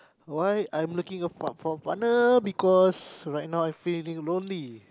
why I'm looking a for a partner because right now I feeling lonely